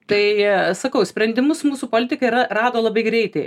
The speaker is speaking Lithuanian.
tai sakau sprendimus mūsų politikai yra rado labai greitai